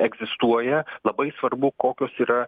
egzistuoja labai svarbu kokios yra